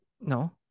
No